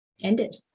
ended